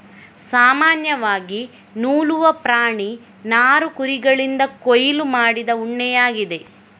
ಸಾಮಾನ್ಯವಾಗಿ ನೂಲುವ ಪ್ರಾಣಿ ನಾರು ಕುರಿಗಳಿಂದ ಕೊಯ್ಲು ಮಾಡಿದ ಉಣ್ಣೆಯಾಗಿದೆ